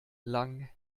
lang